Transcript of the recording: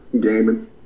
gaming